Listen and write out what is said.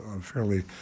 fairly